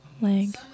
leg